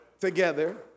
together